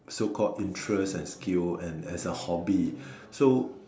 so called interest and skill and as a hobby so